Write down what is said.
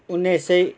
उन्नाइस सय